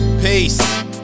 peace